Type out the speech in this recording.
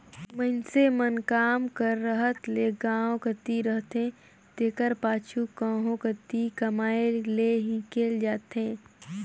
मइनसे मन काम कर रहत ले गाँव कती रहथें तेकर पाछू कहों कती कमाए लें हिंकेल जाथें